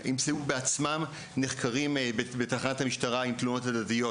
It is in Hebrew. אז ימצאו את עצמם נחקרים בתחנת המשטרה עם תלונות הדדיות,